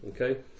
okay